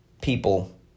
people